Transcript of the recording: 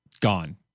gone